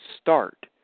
start